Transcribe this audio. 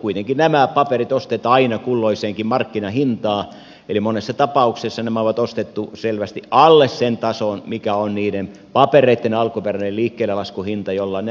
kuitenkin nämä paperit ostetaan aina kulloiseenkin markkinahintaan eli monessa tapauksessa nämä on ostettu selvästi alle sen tason mikä on niiden papereitten alkuperäinen liikkeellelaskuhinta jolla